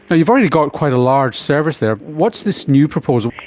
but you've already got quite a large service there. what's this new proposal?